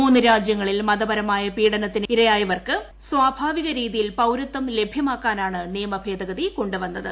മൂന്നു രാജ്യങ്ങളിൽ മതപരമായ പീഡനത്തിനിരയായവർക്ക് സ്വാഭാവിക രീതിയിൽ പൌരത്വം ലഭ്യമാക്കാനാണ് നിയമ ഭേദഗതി കൊണ്ടുവന്നത്